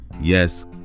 yes